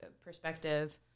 perspective